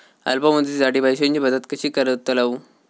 अल्प मुदतीसाठी पैशांची बचत कशी करतलव?